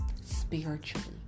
spiritually